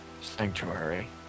sanctuary